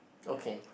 okay